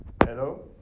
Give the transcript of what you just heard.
Hello